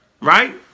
right